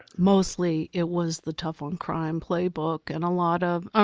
mostly it was the tough-on-crime playbook and a lot of. um